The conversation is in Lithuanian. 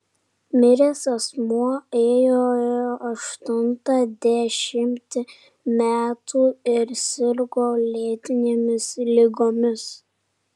miręs asmuo ėjo aštuntą dešimtį metų ir sirgo lėtinėmis ligomis